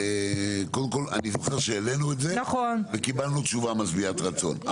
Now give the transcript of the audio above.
קודם כל אני זוכר שהעלנו את זה וקיבלנו תשובה משביעת רצון,